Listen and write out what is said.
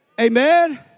amen